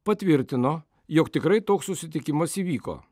patvirtino jog tikrai toks susitikimas įvyko